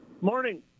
Morning